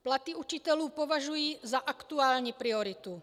Platy učitelů považuji za aktuální prioritu.